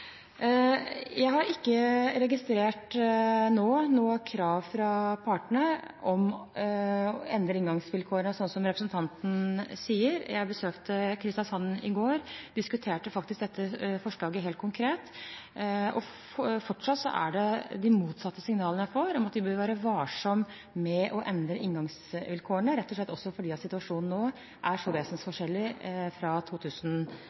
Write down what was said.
Jeg har ikke registrert nå noe krav fra partene om å endre inngangsvilkårene, slik representanten sier. Jeg besøkte Kristiansand i går og diskuterte faktisk dette forslaget helt konkret. Fortsatt er det de motsatte signalene jeg får, at vi bør være varsomme med å endre inngangsvilkårene, rett og slett fordi situasjonen nå er så vesensforskjellig fra